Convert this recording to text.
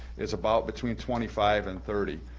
is about between twenty five and thirty.